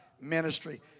ministry